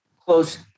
close